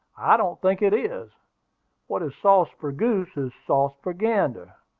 i don't think it is what is sauce for goose is sauce for gander.